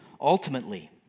Ultimately